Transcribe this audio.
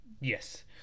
yes